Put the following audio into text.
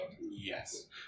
Yes